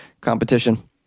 competition